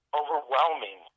overwhelming